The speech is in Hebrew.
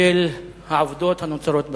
בשל העובדות הנוצרות בשטח.